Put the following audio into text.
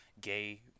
Gay